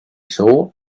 thought